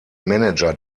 manager